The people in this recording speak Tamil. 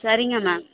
சரிங்க மேம்